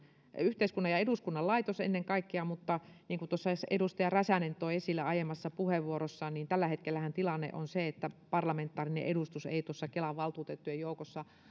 ja ennen kaikkea eduskunnan laitos mutta niin kuin tuossa edustaja räsänen toi esille aiemmassa puheenvuorossaan tällä hetkellähän tilanne on se että parlamentaarinen edustus ei tuossa kelan valtuutettujen joukossa